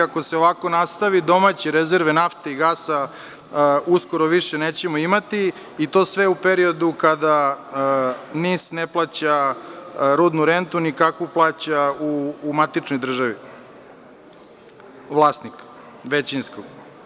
Ako se ovako nastavi domaće rezerve nafte i gasa uskoro više nećemo imati i to sve u periodu kada NIS ne plaća rudnu rentu, ni kako plaća u matičnoj državi vlasnik većinski.